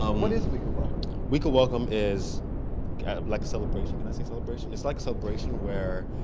um what is week of welcome? week of welcome is like a celebration. could i say celebration? it's like a celebration where